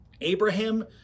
Abraham